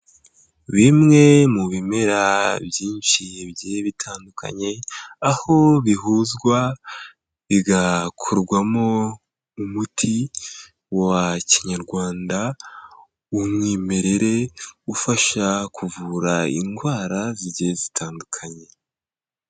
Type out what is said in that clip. Bimwe mu bimera byinshi bigiye bitandukanye aho bihuzwa bigakorwamo umuti wa kinyarwanda w'umwimerere ufasha kuvura indwara zigiye zitandukanye.